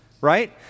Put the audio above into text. right